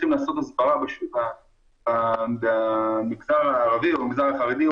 צריך לעשות הסברה במגזר הערבי או במגזר החרדי,